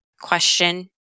question